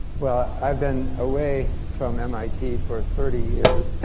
well, i've been away from mit for thirty years.